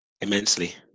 Immensely